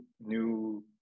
new